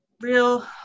real